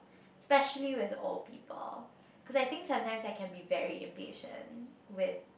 specially with old people cause I think sometimes I can be very impatient with